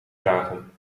vragen